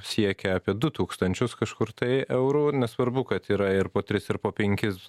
siekia apie du tūkstančius kažkur tai eurų nesvarbu kad yra ir po tris ir po penkis